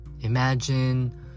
Imagine